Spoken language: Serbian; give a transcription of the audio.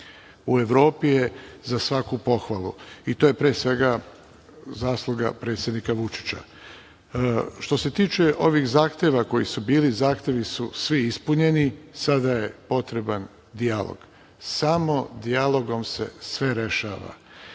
u Evropi je za svaku pohvalu. To je zasluga predsednika Vučića. Što se tiče ovih zahteva koji su bili, zahtevi su svi ispunjeni. Sada je potreban dijalog. Samo dijalogom se sve rešava.